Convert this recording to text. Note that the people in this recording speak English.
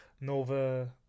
nova